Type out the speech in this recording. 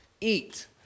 eat